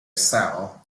cell